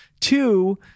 Two